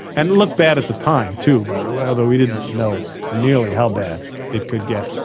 and it looked bad at the time too, by the way, although we didn't know nearly how bad it could get.